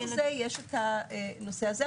בתוך זה יש הנושא הזה,